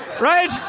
right